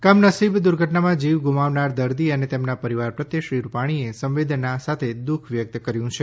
કમનસીબ દુર્ધટનામાં જીવ ગુમાવનાર દર્દી અને તેમના પરિવાર પ્રત્યે શ્રી રૂપાણીએ સંવેદના સાથે દુઃખ વ્યક્ત કર્યું છે